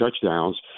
touchdowns